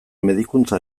medikuntza